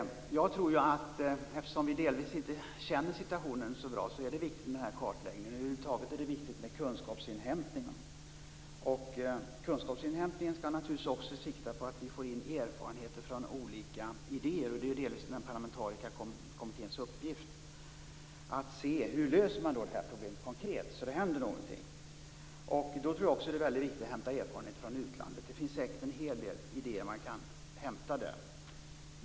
Eftersom vi delvis inte känner situationen så bra är det viktigt med kartläggningen. Över huvud taget är det viktigt med kunskapsinhämtning. Den skall naturligtvis också sikta på att vi får in erfarenheter och olika idéer. Det är delvis den parlamentariska kommitténs uppgift att se hur man löser problemet konkret så att det händer någonting. Där tror jag att det är väldigt viktigt att hämta erfarenheter från utlandet. Det finns säkert en hel del idéer man kan hämta där.